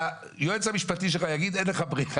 שהיועץ המשפטי שלך יגיד שאין לך ברירה.